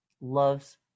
loves